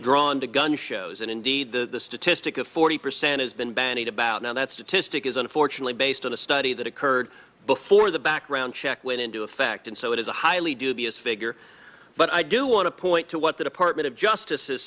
drawn to gun shows and indeed the statistic of forty percent has been bandied about now that statistic is unfortunately based on a study that occurred before the background check went into effect and so it is a highly dubious figure but i do want to point to what the department of justice